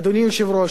אדוני היושב-ראש,